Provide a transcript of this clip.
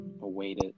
awaited